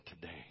today